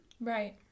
right